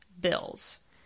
bills